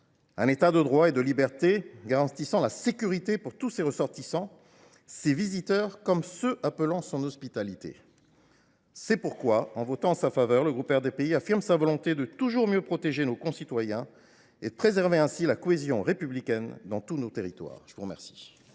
un État de droit et de liberté garantissant la sécurité pour tous ses ressortissants, ses visiteurs, ainsi que ceux qui sollicitent son hospitalité. En soutenant ce texte, le groupe RDPI affirme sa volonté de toujours mieux protéger nos concitoyens et de préserver ainsi la cohésion républicaine dans tous nos territoires. La parole